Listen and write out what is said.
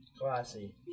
Classy